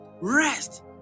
Rest